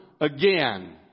again